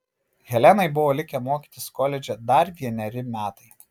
helenai buvo likę mokytis koledže dar vieneri metai